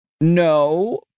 no